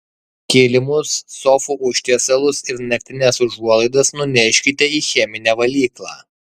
kilimus sofų užtiesalus ir naktines užuolaidas nuneškite į cheminę valyklą